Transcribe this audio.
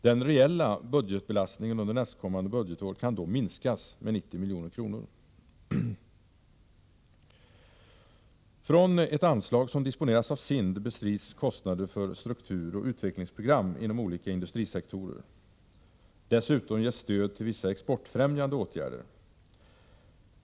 Den reella budgetbelastningen under nästkommande budgetår kan då minskas med 90 milj.kr. Från ett anslag som disponeras av SIND bestrids kostnader för strukturoch utvecklingsprogram inom olika industrisektorer. Dessutom ges stöd till vissa exportfrämjande åtgärder.